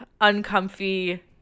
uncomfy